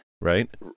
right